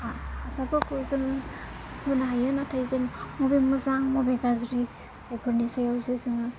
हा हासारफोरखौ जोङो होनो हायो नाथाय जों मबे मोजां मबे गाज्रि बेफोरनि सायाव जे जोङो